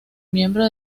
miembro